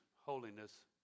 holiness